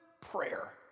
prayer